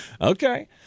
Okay